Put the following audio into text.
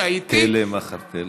תלם אחר תלם.